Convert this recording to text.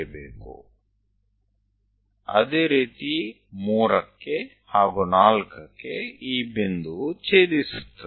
3 એ જ રીતે 4 પાસે આ બિંદુએ છેદે છે